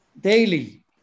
daily